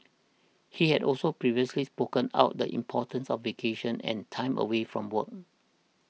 he had also previously spoken about the importance of vacation and time away from work